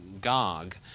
Gog